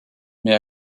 mais